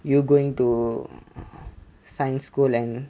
you going to science school and